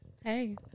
Hey